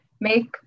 make